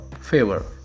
favor